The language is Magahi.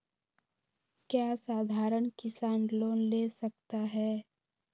क्या साधरण किसान लोन ले सकता है?